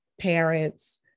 parents